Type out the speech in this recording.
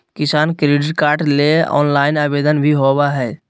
किसान credit card ले online आवेदन भी होबय हय